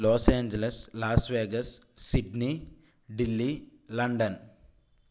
loss Angeles Las Vegas Sydney Delhi London